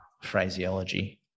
phraseology